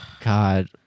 God